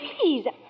please